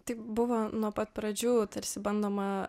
tai buvo nuo pat pradžių tarsi bandoma